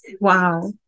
wow